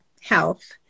health